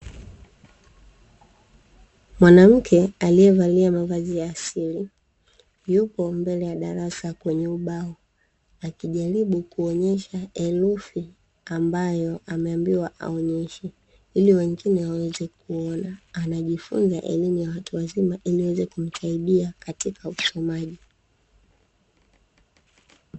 Mwanamke aliyevalia mavazi ya asili yupo mbele ya darasa kwenye ubao akijaribu kuonyesha herufi, ambayo ameambiwa aonyeshe ili wengine waweze kuona anajifunza elimu ya watu wazima ili iweze kumsaidia katika usomaji.